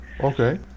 okay